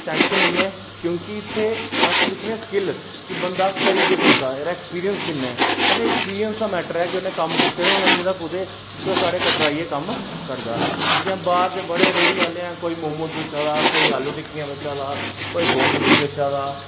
tension निं ऐ क्योंकि अस इत्थें दिक्खने आं स्किल के बंदा करी केह् सकदा ऐ एह्दा ऐक्सपिरिंस किन्ना ऐ असें ऐक्सपिरिंस दा मैट्टर ऐ कि उन्नै कम्म कीते दा होना चाहिदी कुदै ते साढ़े कटरा आइयै कम्म करदा जियां बाह्र दे बड़े रेहड़ियें आह्ले न कोई मोमोस बेचा दा कोई आलू टिक्कियां बेचा दा कोई गोलगप्फे बेचा दा